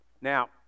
Now